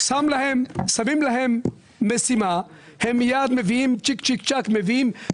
שמים להם משימה ואם מיד מביאים כדוגמה